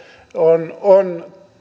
on on